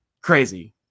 Crazy